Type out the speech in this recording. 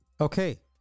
okay